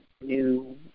new